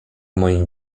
moim